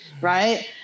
Right